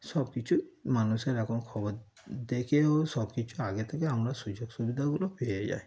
সব কিছুই মানুষের এখন খবর দেখেও সব কিছু আগে থেকে আমরা সুযোগ সুবিধাগুলো পেয়ে যাই